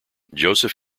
joseph